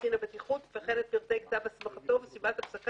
קצין הבטיחות וכן את פרטי כתב הסמכתו וסיבת הפסקת